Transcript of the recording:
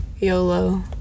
YOLO